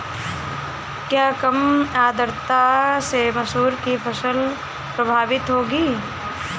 क्या कम आर्द्रता से मसूर की फसल प्रभावित होगी?